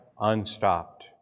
unstopped